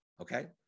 Okay